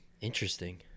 interesting